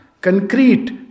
concrete